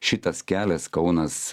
šitas kelias kaunas